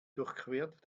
durchquert